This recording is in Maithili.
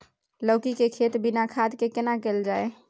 लौकी के खेती बिना खाद के केना कैल जाय?